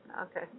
Okay